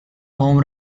home